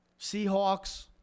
Seahawks